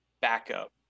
backup